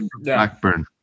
Blackburn